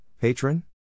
Patron